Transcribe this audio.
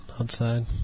outside